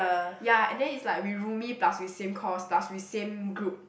ya and then it's like we roomie plus we same course plus we same group